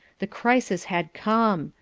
the crisis had come.